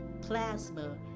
plasma